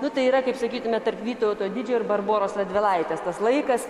nu tai yra kaip sakytume tarp vytauto didžiojo ir barboros radvilaitės tas laikas